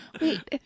wait